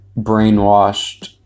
brainwashed